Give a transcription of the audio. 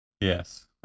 Yes